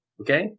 Okay